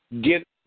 get